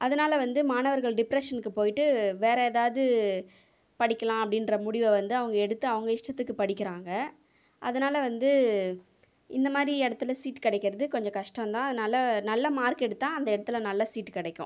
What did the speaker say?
அதனால் வந்து மாணவர்கள் டிப்ரஷனுக்கு போய்ட்டு வேறு ஏதாவது படிக்கலாம் அப்படின்ற முடிவை வந்து அவங்க எடுத்து அவங்க இஷ்டத்துக்கு படிக்கிறாங்க அதனால் வந்து இந்த மாதிரி இடத்தில் சீட் கிடைக்கிறது கொஞ்சம் கஷ்டம் தான் அதனால் நல்ல மார்க் எடுத்தால் அந்த இடத்தில் நல்ல சீட்டு கிடைக்கும்